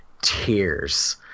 tears